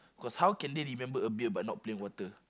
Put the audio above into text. cause how can they remember a beer but not playing water